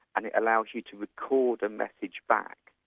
and it allows you to record a message back.